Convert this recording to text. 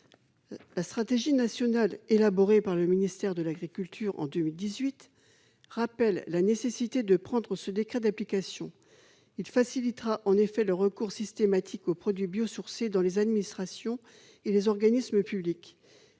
La stratégie nationale élaborée par le ministère de l'agriculture en 2018 rappelle la nécessité de prendre ce décret d'application : il facilitera en effet « le recours systématique aux produits biosourcés dans les administrations et les organismes publics